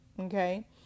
okay